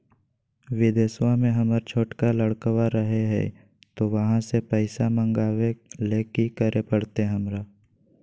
बिदेशवा में हमर छोटका लडकवा रहे हय तो वहाँ से पैसा मगाबे ले कि करे परते हमरा?